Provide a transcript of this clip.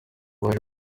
baje